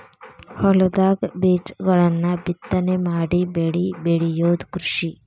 ಹೊಲದಾಗ ಬೇಜಗಳನ್ನ ಬಿತ್ತನೆ ಮಾಡಿ ಬೆಳಿ ಬೆಳಿಯುದ ಕೃಷಿ